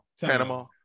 Panama